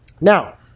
Now